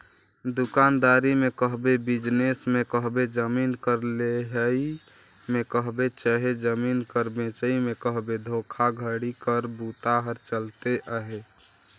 दुकानदारी में कहबे, बिजनेस में कहबे, जमीन कर लेहई में कहबे चहे जमीन कर बेंचई में कहबे धोखाघड़ी कर बूता हर चलते अहे